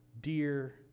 dear